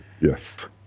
yes